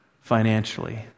financially